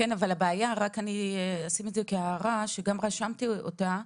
כן, אבל אני רק אשים את זה כהערה שגם רשמתי אותה.